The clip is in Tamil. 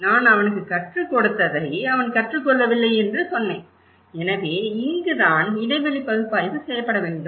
நான் அவனுக்குக் கற்றுக் கொடுத்ததை அவன் கற்றுக் கொள்ளவில்லை என்று சொன்னேன் எனவே இங்குதான் இடைவெளி பகுப்பாய்வு செய்யப்பட வேண்டும்